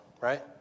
right